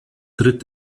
tritt